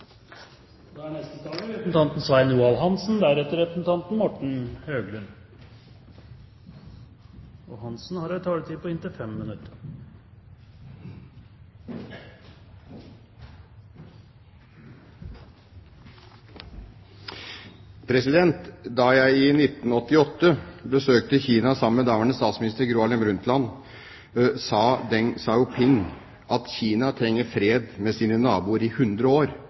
Da jeg i 1988 besøkte Kina sammen med daværende statsminister Gro Harlem Brundtland, sa Deng Xiaoping at Kina trenger fred med sine naboer i